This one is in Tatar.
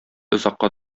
озакка